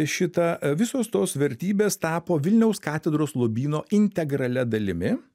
šita visos tos vertybės tapo vilniaus katedros lobyno integralia dalimi